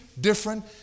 different